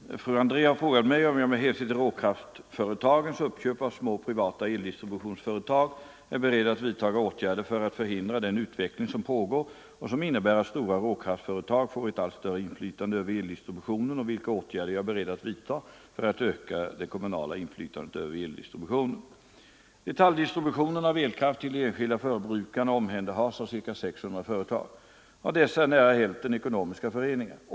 Herr talman! Fru André har frågat mig om jag med hänsyn till råkraftföretagens uppköp av små privata eldistributionsföretag är beredd att vidtaga åtgärder för att förhindra den utveckling som pågår och som innebär att stora råkraftföretag får ett allt större inflytande över eldistributionen och vilka åtgärder jag är beredd att vidta för att öka det kommunala inflytandet över eldistributionen. Detaljdistributionen av elkraft till de enskilda förbrukarna omhänderhas av ca 600 företag. Av dessa är nära hälften föreningar.